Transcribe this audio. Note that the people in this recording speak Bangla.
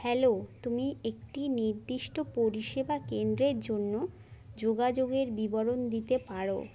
হ্যালো তুমি একটি নির্দিষ্ট পরিষেবা কেন্দ্রের জন্য যোগাযোগের বিবরণ দিতে পারো